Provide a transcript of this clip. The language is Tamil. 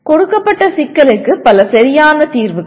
கொடுக்கப்பட்ட சிக்கலுக்கு பல சரியான தீர்வுகள்